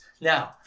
Now